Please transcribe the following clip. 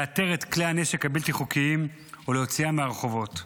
לאתר את כלי הנשק הבלתי-חוקיים ולהוציאם מהרחובות.